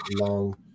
long